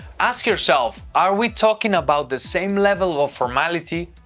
ask yourself are we talking about the same level of formality?